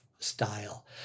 Style